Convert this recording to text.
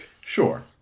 Sure